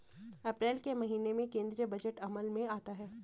अप्रैल के महीने में केंद्रीय बजट अमल में आता है